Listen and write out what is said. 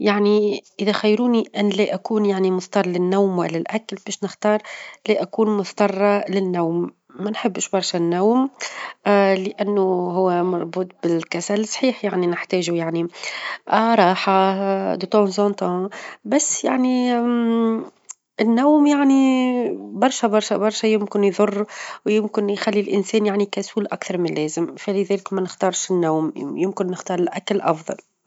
يعني إذا خيروني أن لا أكون يعني مظطر للنوم، ولا الأكل، باش نختار لا أكون مظطرة للنوم، ما نحبش برشا النوم، لأنه هو مربوط بالكسل، صحيح يعني نحتاجه يعني راحة من نفسك، بس يعني النوم يعني برشا برشا برشا يمكن يظر، ويمكن يخلي الإنسان يعني كسول أكثر من اللازم؛ فلذلك ما نختارش النوم، يمكن نختار الأكل أفظل.